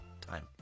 time